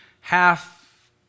half